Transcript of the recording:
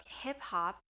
Hip-hop